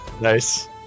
Nice